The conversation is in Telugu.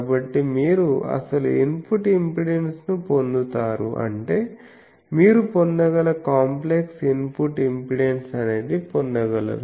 కాబట్టి మీరు అసలు ఇన్పుట్ ఇంపెడెన్స్ ను పొందుతారు అంటే మీరు పొందగల కాంప్లెక్స్ ఇన్పుట్ ఇంపెడెన్స్ అనేది పొందగలరు